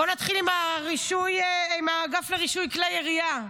בוא נתחיל עם האגף לרישוי כלי ירייה,